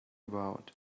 about